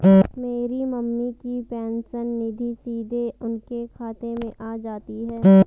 मेरी मम्मी की पेंशन निधि सीधे उनके खाते में आ जाती है